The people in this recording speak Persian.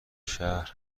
شهر